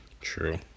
True